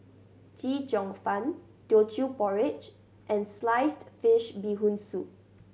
Chee Cheong Fun Teochew Porridge and sliced fish Bee Hoon Soup